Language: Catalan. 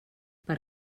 per